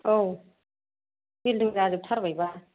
औ बिलडिं जाजोब थारबायबा